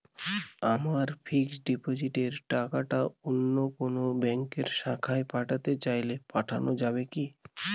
আমার ফিক্সট ডিপোজিটের টাকাটা অন্য কোন ব্যঙ্কের শাখায় পাঠাতে চাই পাঠানো যাবে কি?